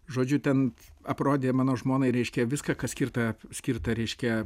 žodžiu ten aprodė mano žmonai reiškia viską kas skirta skirta reiškia